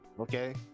Okay